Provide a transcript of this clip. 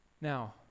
Now